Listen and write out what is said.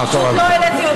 פשוט לא העליתי,